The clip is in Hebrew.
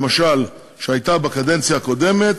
למשל, שהייתה בקדנציה הקודמת: